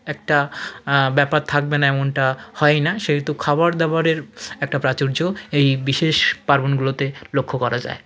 একটা ব্যাপার থাকবে না এমনটা হয় না সেহেতু খাবার দাবারের একটা প্রাচুর্য এই বিশেষ পার্বণগুলোতে লক্ষ করা যায়